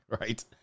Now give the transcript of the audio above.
right